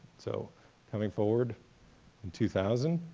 so coming forward in two thousand,